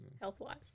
health-wise